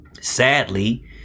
Sadly